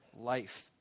life